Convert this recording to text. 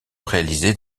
réaliser